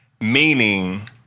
Meaning